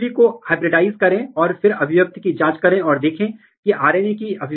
इसलिए जैसा कि मैंने कहा कि कई PLETHORA 1 2 3 4 5 6 7 हैं